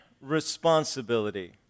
responsibility